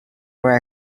were